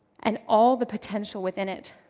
and all the potential within it,